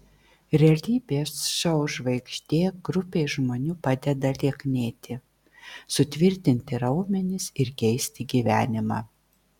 realybės šou žvaigždė grupei žmonių padeda lieknėti sutvirtinti raumenis ir keisti gyvenimą